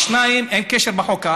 אין קשר בחוק.